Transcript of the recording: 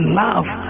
love